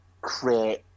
create